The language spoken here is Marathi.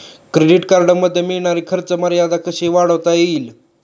क्रेडिट कार्डमध्ये मिळणारी खर्च मर्यादा कशी वाढवता येईल?